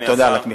ותודה על התמיכה.